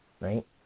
right